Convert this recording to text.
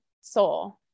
soul